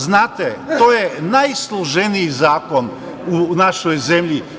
Znate, to je najsloženiji zakon u našoj zemlji.